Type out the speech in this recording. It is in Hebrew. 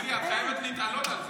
מירי, את חייבת להתעלות על זה.